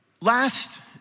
Last